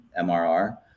MRR